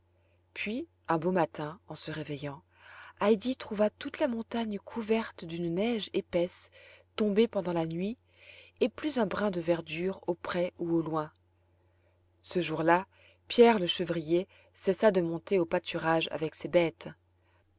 puis un beau matin en se réveillant heidi trouva toute la montagne couverte d'une neige épaisse tombée pendant la nuit et plus un brin de verdure au près ou au loin ce jour-là pierre le chevrier cessa de monter au pâturage avec ses bêtes